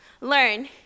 learn